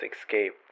escape